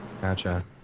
gotcha